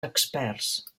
experts